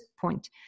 point